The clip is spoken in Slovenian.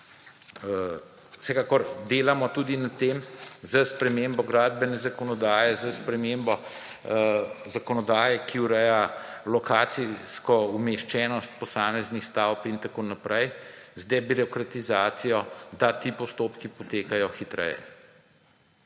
Vsekakor delamo tudi na tem s spremembo gradbene zakonodaje, s spremembo zakonodaje, ki ureja lokacijsko umeščenost posameznih stavb, z debirokratizacijo, da ti postopki potekajo hitreje.